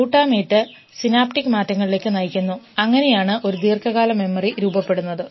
glutamate synaptic മാറ്റങ്ങളിലേക്ക് നയിക്കുന്നു അങ്ങനെയാണ് ഒരു ദീർഘകാല മെമ്മറി രൂപപ്പെടുന്നത്